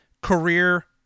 career –